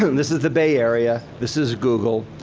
this is the bay area. this is google.